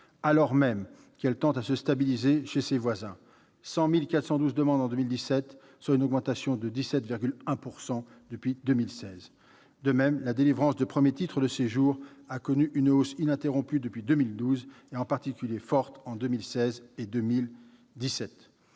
alors même que celle-ci tend à se stabiliser chez ses voisins : 100 412 demandes en 2017, soit une augmentation de 17,1 % depuis 2016. De même, la délivrance de premiers titres de séjour a connu une hausse ininterrompue depuis 2012, particulièrement forte en 2016 et en 2017.